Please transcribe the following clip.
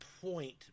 point